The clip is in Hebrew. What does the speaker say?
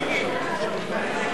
נא להצביע.